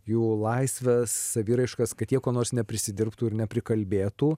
jų laisves saviraiškas kad jie ko nors neprisidirbtų ir neprikalbėtų